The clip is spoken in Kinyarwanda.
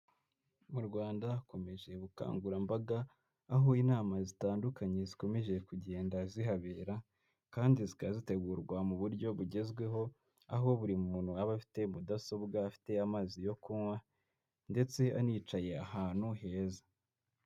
Mu rwanda hakomeje ubukangurambaga aho inama zitandukanye zikomeje kugenda zihabera kandi zikaba zitegurwa mu buryo bugezweho aho buri muntu aba afite mudasobwa afite amazi yo kunywa ndetse anicaye ahantu heza.